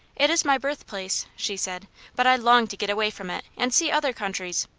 it is my birthplace, she said but i long to get away from it and see other countries.